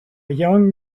young